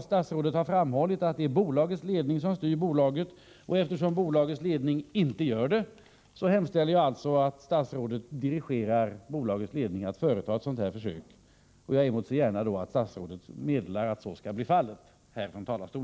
statsrådet framhållit att det är bolagets ledning som styr bolaget och eftersom bolagets ledning inte gör det, hemställer jag alltså att statsrådet dirigerar bolagets ledning att företa ett sådant här försök. Jag emotser gärna att statsrådet härifrån talarstolen meddelar att så skall bli fallet.